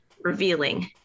revealing